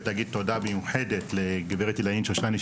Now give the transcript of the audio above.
ולהגיד תודה מיוחדת לגברת אילנית שושני,